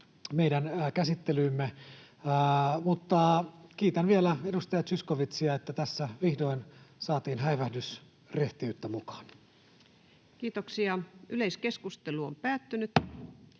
meidän käsittelyymme. Mutta kiitän vielä edustaja Zyskowiczia, että tässä vihdoin saatiin häivähdys rehtiyttä mukaan. Ensimmäiseen käsittelyyn